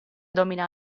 domina